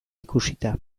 ikusita